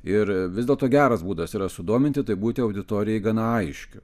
ir vis dėlto geras būdas yra sudominti tai būti auditorijai gana aiškiu